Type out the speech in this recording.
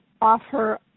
offer